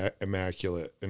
immaculate